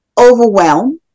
overwhelm